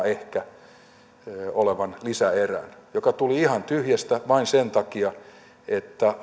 ehkä seitsemänsadan miljoonan lisäerän joka tuli ihan tyhjästä vain sen takia että hallitus